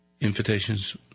invitations